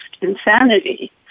insanity